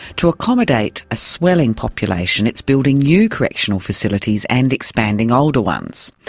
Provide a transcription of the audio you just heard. to accommodate a swelling population it's building new correctional facilities and expanding older ones.